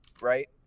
Right